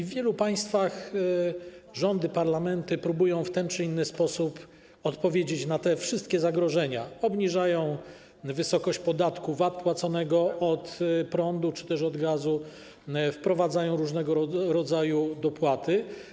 W wielu państwach rządy, parlamenty próbują w ten czy inny sposób odpowiedzieć na te wszystkie zagrożenia, obniżając wysokość podatku VAT płaconego od prądu czy też gazu, wprowadzając różnego rodzaju dopłaty.